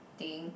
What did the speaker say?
thing